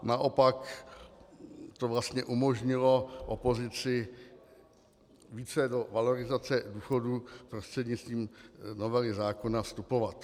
Naopak to vlastně umožnilo opozici více do valorizace důchodů prostřednictvím novely zákona vstupovat.